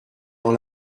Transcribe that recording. dans